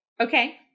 Okay